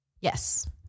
Yes